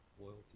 loyalty